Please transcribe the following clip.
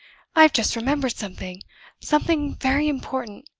i have just remembered something something very important.